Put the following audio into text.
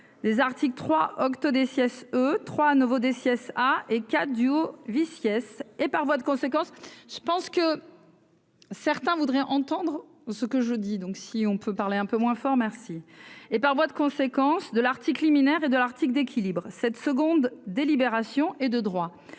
des articles 3 Octo des sièges E 3 nouveau des siestes ah et Cadiot vif Yes et par voie de conséquence. Je pense que certains voudraient entendre ce que je dis donc si. Qui on peut parler un peu moins fort merci et par voie de conséquence de l'article liminaire et de l'article d'équilibre, cette seconde délibération et de droit,